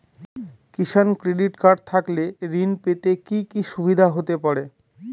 কিষান credit card থাকলে ঋণ পেতে কি কি সুবিধা হতে পারে?